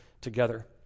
together